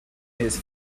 his